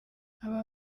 aba